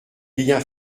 liens